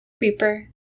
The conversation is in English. Reaper